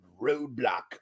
roadblock